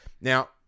now